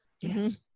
Yes